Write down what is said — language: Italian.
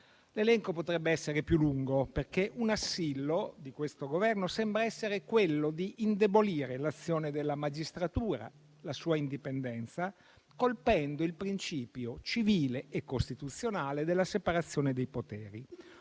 L'elenco potrebbe essere più lungo, perché un assillo di questo Governo sembra essere quello di indebolire l'azione della magistratura, la sua indipendenza, colpendo il principio civile e costituzionale della separazione dei poteri,